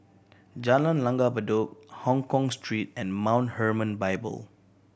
Jalan Langgar Bedok Hongkong Street and Mount Hermon Bible